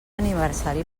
aniversari